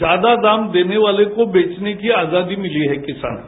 ज्यादा दाम देने वाले को बेचने की आजादी मिली है किसान को